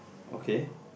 okay